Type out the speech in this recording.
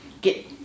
get